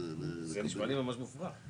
זה נשמע לי ממש מופרך.